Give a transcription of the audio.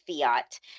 Fiat